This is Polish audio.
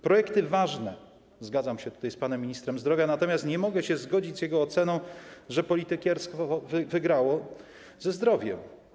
Projekty te są ważne, zgadzam się tutaj z panem ministrem zdrowia, natomiast nie mogę się zgodzić z jego oceną, że politykierstwo wygrało ze zdrowiem.